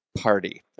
party